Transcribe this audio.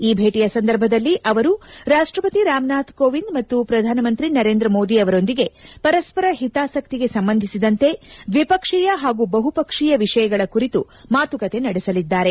ಈ ಭೇಟಿಯ ಸಂದರ್ಭದಲ್ಲಿ ಅವರು ರಾಷ್ಟಪತಿ ರಾಮನಾಥ್ ಕೋವಿಂದ್ ಮತ್ತು ಪ್ರಧಾನಮಂತ್ರಿ ನರೇಂದ್ರ ಮೋದಿ ಅವರೊಂದಿಗೆ ಪರಸ್ಪರ ಹಿತಾಸಕ್ತಿಗೆ ಸಂಬಂಧಿಸಿದಂತೆ ದ್ವಿಪಕ್ಷೀಯ ಹಾಗೂ ಬಹುಪಕ್ಷೀಯ ವಿಷಯಗಳ ಕುರಿತು ಮಾತುಕತೆ ನಡೆಸಲಿದ್ದಾರೆ